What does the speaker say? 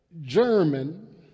German